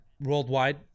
worldwide